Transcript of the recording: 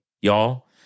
y'all